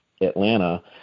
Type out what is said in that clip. atlanta